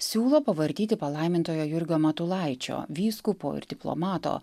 siūlo pavartyti palaimintojo jurgio matulaičio vyskupo ir diplomato